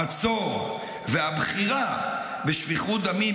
המצור והבחירה בשפיכות דמים,